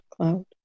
cloud